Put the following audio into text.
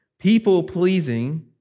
People-pleasing